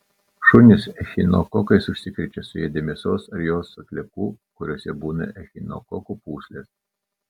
šunys echinokokais užsikrečia suėdę mėsos ar jos atliekų kuriose būna echinokokų pūslės